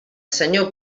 senyor